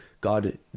God